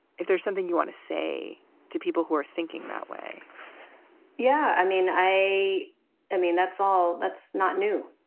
if there's something you want to say to people who are thinking that way yeah, i mean. i i mean, that's all. that's not new.